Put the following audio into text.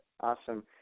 Awesome